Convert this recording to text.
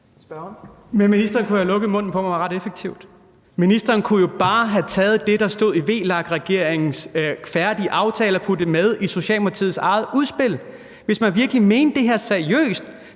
ministeren kunne jo have lukket munden på mig ret effektivt. Ministeren kunne jo bare have taget det, der stod i VLAK-regeringens færdige aftale og taget med i Socialdemokratiets eget udspil. Hvis man virkelig mente det her seriøst,